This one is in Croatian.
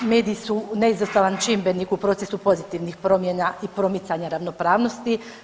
Mediji su neizostavan čimbenik u procesu pozitivnih promjena i promicanja ravnopravnosti.